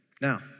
Now